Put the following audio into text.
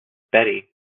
betty